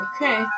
Okay